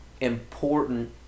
important